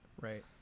Right